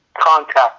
contact